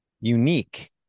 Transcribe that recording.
unique